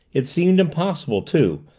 it seemed impossible, too,